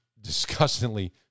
disgustingly